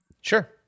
Sure